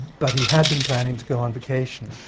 but he had been planning to go on vacation.